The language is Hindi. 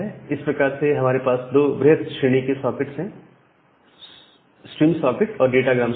इस प्रकार से हमारे पास दो वृहत श्रेणी के सॉकेट्स हैं स्ट्रीम सॉकेट और डाटा ग्राम सॉकेट